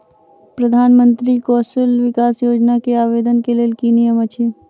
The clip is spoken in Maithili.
प्रधानमंत्री कौशल विकास योजना केँ आवेदन केँ लेल की नियम अछि?